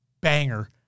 banger